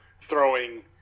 throwing